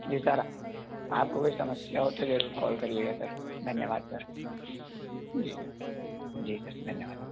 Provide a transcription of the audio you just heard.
जी sir आपको कोई समस्या हो तो ज़रूर कॉल करिएगा सर धन्यवाद सर जी सर जी सर धन्यवाद